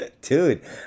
Dude